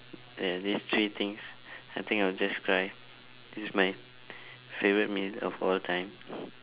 ya these three things I think I'll just cry this is my favourite meal of all time